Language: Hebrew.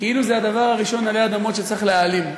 כאילו זה הדבר הראשון עלי אדמות שצריך להעלים.